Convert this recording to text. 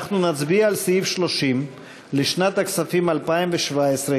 אנחנו נצביע על סעיף 30 לשנת הכספים 2017,